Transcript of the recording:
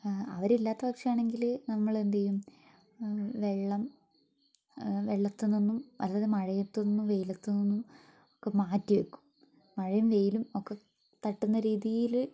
അവരില്ലാത്ത പക്ഷം ആണെങ്കിൽ നമ്മൾ എന്തുചെയ്യും വെള്ളം വെള്ളത്തിൽ നിന്നും അതായത് മഴയത്ത് നിന്നും വെയിലത്ത് നിന്നും ഒക്കെ മാറ്റി വെക്കും മഴയും വെയിലും ഒക്കെ തട്ടുന്ന രീതിയിൽ